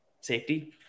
safety